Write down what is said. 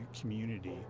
community